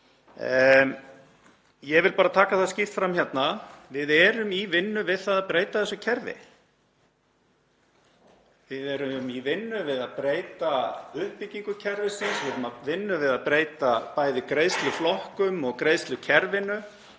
Ég vil bara taka það skýrt fram hérna að við erum í vinnu við það að breyta þessu kerfi. Við erum í vinnu við að breyta uppbyggingu kerfisins, í vinnu við að breyta bæði greiðsluflokkum og greiðslukerfinu,